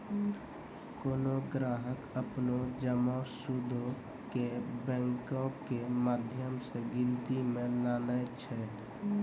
कोनो ग्राहक अपनो जमा सूदो के बैंको के माध्यम से गिनती मे लानै छै